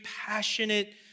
passionate